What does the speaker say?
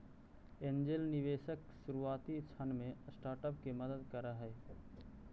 angel निवेशक शुरुआती क्षण में स्टार्टअप के मदद करऽ हइ